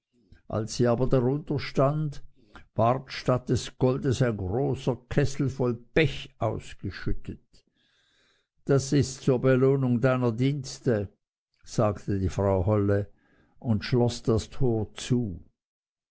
als sie aber darunter stand ward statt des goldes ein großer kessel voll pech ausgeschüttet das ist zur belohnung deiner dienste sagte die frau holle und schloß das tor zu